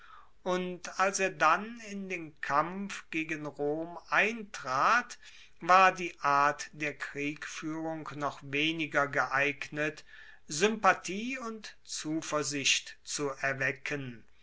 und als er dann in den kampf gegen rom eintrat war die art der kriegfuehrung noch weniger geeignet sympathie und zuversicht zu erwecken